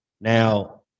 Now